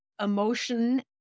emotion